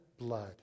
blood